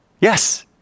Yes